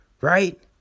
right